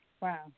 Wow